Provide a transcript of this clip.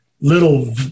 little